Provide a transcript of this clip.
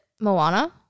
Moana